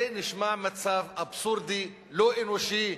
זה נשמע מצב אבסורדי, לא אנושי.